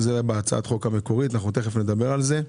זה נמצא בהצעת החוק המקורית, ותכף נדבר על זה.